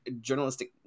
journalistic